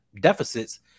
deficits